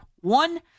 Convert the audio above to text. One